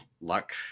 luck